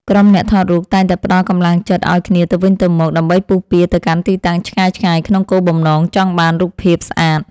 ក្រុមអ្នកថតរូបតែងតែផ្តល់កម្លាំងចិត្តឱ្យគ្នាទៅវិញទៅមកដើម្បីពុះពារទៅកាន់ទីតាំងឆ្ងាយៗក្នុងគោលបំណងចង់បានរូបភាពស្អាត។